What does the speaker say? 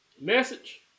Message